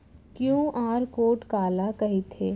QR code काला कहिथे?